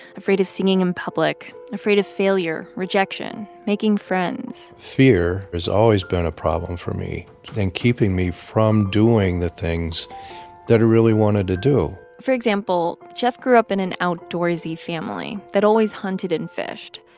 afraid of singing in public, afraid of failure, rejection, making friends fear has always been a problem for me in keeping me from doing the things that i really wanted to do for example, jeff grew up in an outdoorsy family that always hunted and fished,